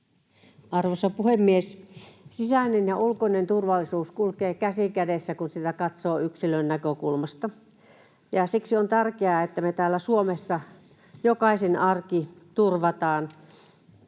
Arvoisa puhemies! Sisäinen ja ulkoinen turvallisuus kulkevat käsi kädessä, kun niitä katsoo yksilön näkökulmasta, ja siksi on tärkeää, että me täällä Suomessa jokaisen arki turvataan